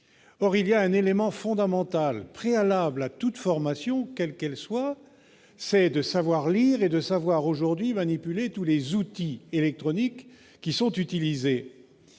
Or il y a un élément fondamental, préalable à toute formation, quelle qu'elle soit : savoir lire et, aujourd'hui, savoir manipuler tous les outils électroniques qui sont utilisés.